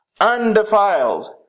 undefiled